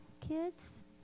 kids